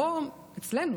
זה לא אצלנו,